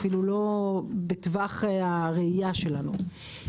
אפילו לא בטווח הראייה שלנו.